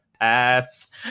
pass